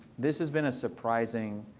this has been a surprising